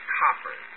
copper